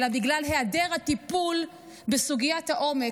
אלא בגלל היעדר הטיפול בסוגיית העומק,